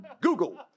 Google